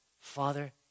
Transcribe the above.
Father